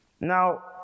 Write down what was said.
Now